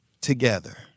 together